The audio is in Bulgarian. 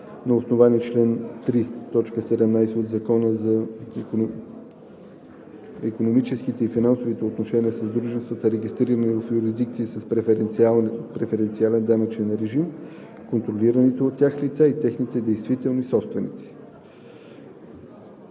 на основания по чл. 3, т. 17 от Закона за икономическите и финансовите отношения с дружествата, регистрирани в юрисдикции с преференциален данъчен режим, контролираните от тях лица и техните действителни собственици.“